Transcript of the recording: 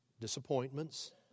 disappointments